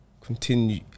Continue